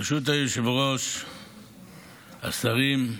ברשות היושב-ראש, השרים,